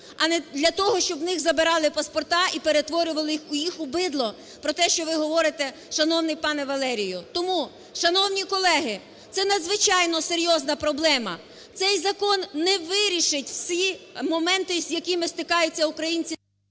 а не для того, щоб у них забирали паспорти і перетворювали їх у бидло, про те, що ви говорите, шановний пане Валерію. Тому, шановні колеги, це надзвичайно серйозна проблема. Цей закон не вирішить всі моменти, з якими стикаються українці…